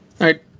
right